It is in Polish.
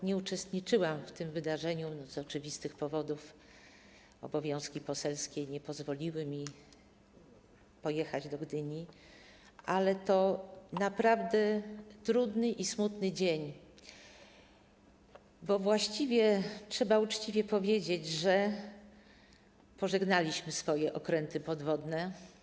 Nie uczestniczyłam w tym wydarzeniu z oczywistych powodów - obowiązki poselskie nie pozwoliły mi pojechać do Gdyni - ale to naprawdę trudny i smutny dzień, bo właściwie trzeba uczciwie powiedzieć, że pożegnaliśmy swoje okręty podwodne.